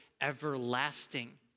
everlasting